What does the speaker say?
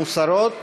מוסרות.